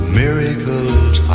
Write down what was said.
miracles